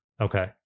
Okay